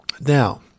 Now